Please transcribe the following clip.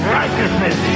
righteousness